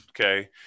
Okay